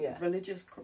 religious